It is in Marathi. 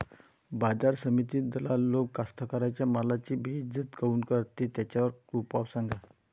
बाजार समितीत दलाल लोक कास्ताकाराच्या मालाची बेइज्जती काऊन करते? त्याच्यावर उपाव सांगा